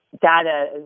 data